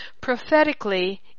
prophetically